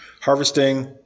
Harvesting